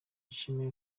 yishimiye